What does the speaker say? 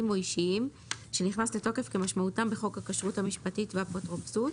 או אישיים שנכנס לתוקף כמשמעותם בחוק הכשרות המשפטית והאפוטרופסות,